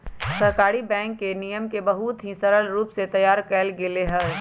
सहकारी बैंक के नियम के बहुत ही सरल रूप से तैयार कइल गैले हई